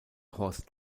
horst